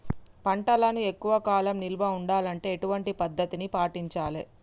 పంటలను ఎక్కువ కాలం నిల్వ ఉండాలంటే ఎటువంటి పద్ధతిని పాటించాలే?